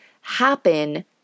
happen